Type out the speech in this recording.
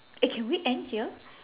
eh can we end here